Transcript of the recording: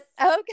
Okay